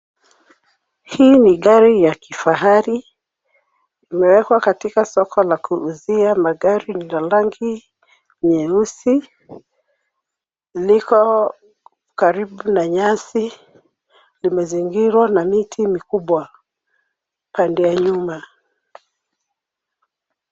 Hii ni gari ya kifahari. Imewekwa katika soko la kuuzia magari. Ni la rangi nyeusi. Liko karibu na nyasi. Limezingirwa na miti mikubwa pande ya nyuma.